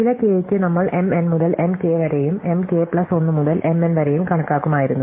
ചില കെ യ്ക്ക് നമ്മൾ M n മുതൽ M k വരെയും M k പ്ലസ് 1 മുതൽ M n വരെയും കണക്കാക്കുമായിരുന്നു